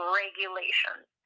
regulations